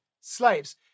slaves